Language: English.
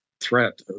threat